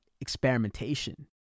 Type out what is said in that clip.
experimentation